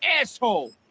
asshole